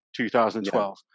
2012